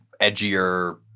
edgier